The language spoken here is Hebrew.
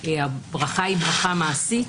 הברכה היא ברכה מעשית,